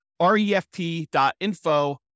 refp.info